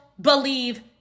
believe